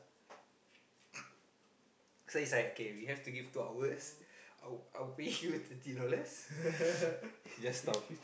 so it's like okay we have to give two hours I'll I'll pay you twenty dollars you just talk